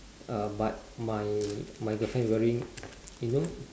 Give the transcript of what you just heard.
uh but my my girlfriend wearing you know